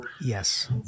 Yes